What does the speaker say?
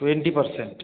twenty percent